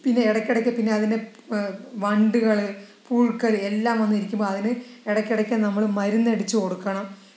പിന്നെ ഇടയ്ക്കിടയ്ക്ക് പിന്നെ അതിന് വണ്ടുകൾ പുഴുക്കൾ എല്ലാം വന്നിരിക്കുമ്പോൾ അതിന് ഇടയ്ക്കിടയ്ക്ക് നമ്മള് മരുന്നടിച്ച് കൊടുക്കണം